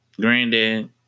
Granddad